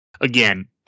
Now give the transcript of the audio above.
again